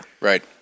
Right